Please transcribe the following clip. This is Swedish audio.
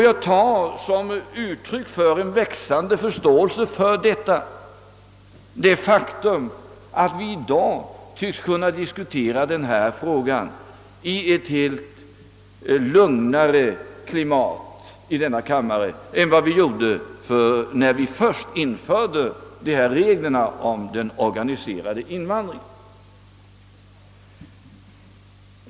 Jag tar som uttryck för en växande förståelse för detta det faktum, att vi i dag tycks kunna diskutera frågan i ett lugnare klimat i denna kammare än vad vi gjorde när vi först införde reglerna om den organiserade invandringen.